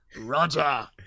Roger